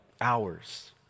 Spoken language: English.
hours